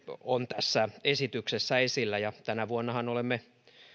on tässä esityksessä esillä tänä vuonnahan olemme